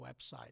website